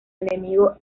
enemigo